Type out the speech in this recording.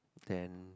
then